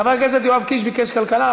אז חבר הכנסת יואב קיש ביקש כלכלה.